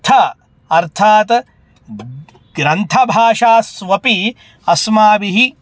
थ अर्थात् ग्रन्थभाषास्वपि अस्माभिः